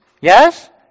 Yes